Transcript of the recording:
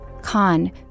Khan